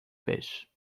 pêchent